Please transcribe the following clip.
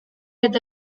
eta